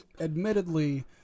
admittedly